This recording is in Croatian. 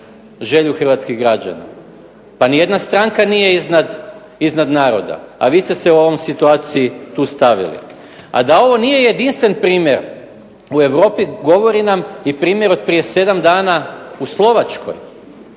želju hrvatskih građana. Pa nijedna stranka nije iznad naroda, a vi ste se u ovoj situaciji tu stavili. A da ovo nije jedinstven primjer u Europi govori nam i primjer od prije sedam dana u Slovačkoj.